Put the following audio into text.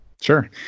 Sure